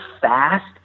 fast